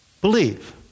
believe